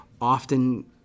often